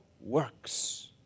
works